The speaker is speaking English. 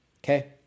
Okay